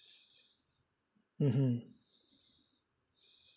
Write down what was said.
mmhmm